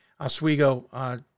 Oswego